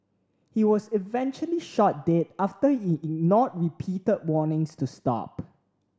he was eventually shot dead after he ignored repeated warnings to stop